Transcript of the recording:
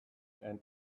and